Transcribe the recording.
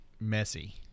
messy